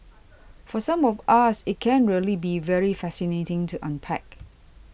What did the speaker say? for some of us it can really be very fascinating to unpack